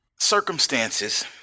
circumstances